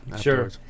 Sure